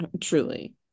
Truly